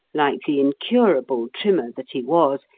like the incurable trimmer that he was,